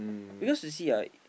because you see right